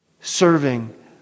Serving